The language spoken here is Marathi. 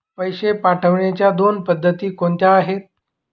पैसे पाठवण्याच्या दोन पद्धती कोणत्या आहेत?